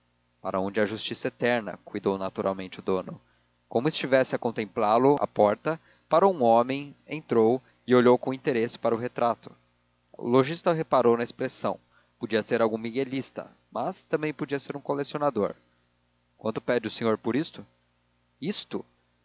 para onde há justiça eterna cuidou naturalmente o dono como estivesse a contemplá lo à porta parou um homem entrou e olhou com interesse para o retrato o lojista reparou na expressão podia ser algum miguelista mas também podia ser um colecionador quanto pede o senhor por isto isto